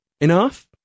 enough